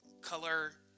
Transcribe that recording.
color